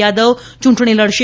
યાદવ ચૂંટણી લડશે